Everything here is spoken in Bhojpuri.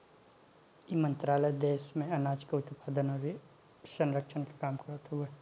इ मंत्रालय देस में आनाज के उत्पादन अउरी ओकरी संरक्षण के काम करत हवे